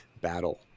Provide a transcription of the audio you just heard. Battle